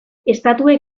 estatuek